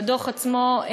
והדוח עצמו,